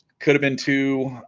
could have been too